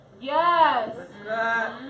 Yes